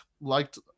liked